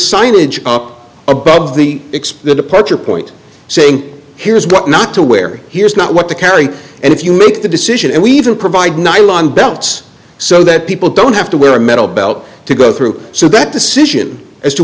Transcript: signage up above the expired approach or point saying here's what not to wear here is not what the carry and if you make the decision and we even provide nylon belts so that people don't have to wear a metal belt to go through so that decision as to